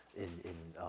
in, in,